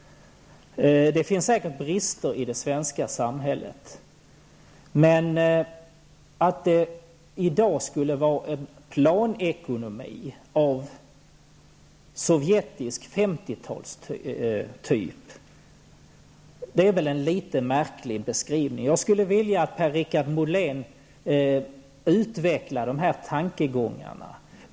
Det finns säkert brister i det svenska samhället. Men att Sverige i dag skulle vara en planekonomi av sovjetisk 50-talstyp, det är väl en litet märklig beskrivning. Jag skulle därför vilja att Per-Richard Molén utvecklar dessa tankegångar.